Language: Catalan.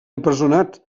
empresonat